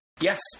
Yes